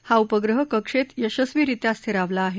हा उपग्रह कक्षेत यशस्वीरित्या स्थिरावला आहे